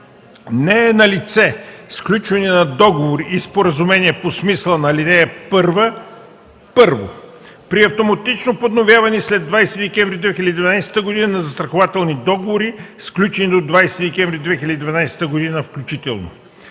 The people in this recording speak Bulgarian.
Не е налице сключване на договори и споразумения по смисъла на ал. 1: 1. при автоматично подновяване след 20 декември 2012 г. на застрахователни договори, сключени до 20 декември 2012 г. включително;